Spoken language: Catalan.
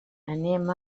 anem